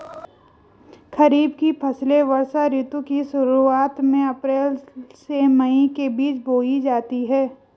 खरीफ की फसलें वर्षा ऋतु की शुरुआत में, अप्रैल से मई के बीच बोई जाती हैं